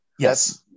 Yes